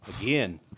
again